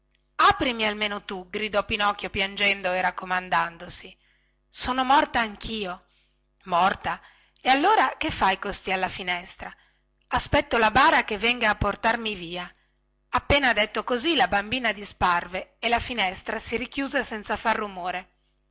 aprimi almeno tu gridò pinocchio piangendo e raccomandandosi sono morta anchio morta e allora che cosa fai costì alla finestra aspetto la bara che venga a portarmi via appena detto così la bambina disparve e la finestra si richiuse senza far rumore